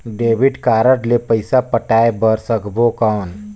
Debit card ले पइसा पटाय बार सकबो कौन?